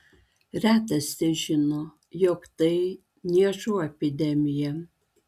retas težino jog tai niežų epidemija